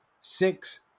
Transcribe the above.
Six